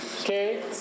Okay